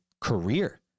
career